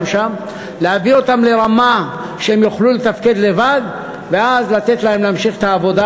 שם ולהביא אותם לרמה שהם יוכלו לתפקד לבד ואז לתת להם להמשיך את העבודה.